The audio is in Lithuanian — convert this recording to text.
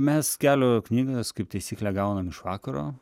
mes kelio knygas kaip taisyklė gaunam iš vakaro